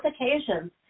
occasions